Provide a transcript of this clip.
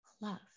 love